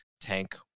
tank